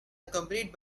accompanied